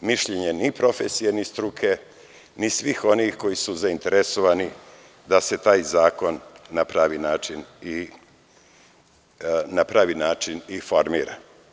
mišljenje ni profesije, ni struke, ni svih onih koji su zainteresovani da se taj zakonna pravi način i formira.